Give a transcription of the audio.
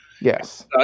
Yes